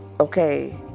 Okay